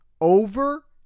over